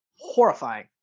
horrifying